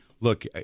look